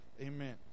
amen